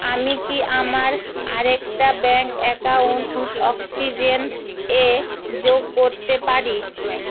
আমি কি আমার আরেকটা ব্যাঙ্ক অ্যাকাউন্ট অক্সিজেন এ যোগ করতে পারি